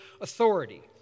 authority